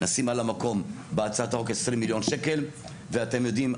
נשים על המקום בהצעת החוק 20 מיליון שקל ואתם יודעים,